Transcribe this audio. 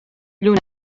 lluna